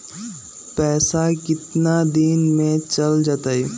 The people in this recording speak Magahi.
पैसा कितना दिन में चल जतई?